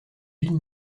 ville